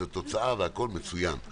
זה תוצאה והכול מצוין.